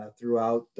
throughout